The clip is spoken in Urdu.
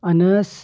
انس